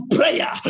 prayer